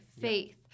faith